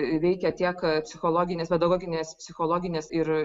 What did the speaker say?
veikia tiek psichologinės pedagoginės psichologinės ir